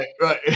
Right